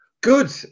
Good